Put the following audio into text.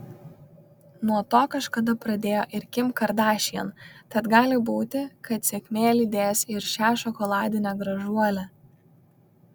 nuo to kažkada pradėjo ir kim kardashian tad gali būti kad sėkmė lydės ir šią šokoladinę gražuolę